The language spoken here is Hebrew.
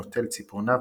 נוטל ציפורניו,